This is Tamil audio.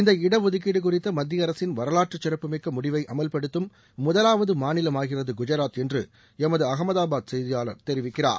இந்த இடஒதுக்கீடு குறித்த மத்திய அரசின் வரலாற்றுச் சிறப்புமிக்க முடிவை அமல்படுத்தும் முதலாவது மாநிலமாகிறது குஜராத் என்று எமது அகமதாபாத் செய்தியாளர் தெரிவிக்கிறார்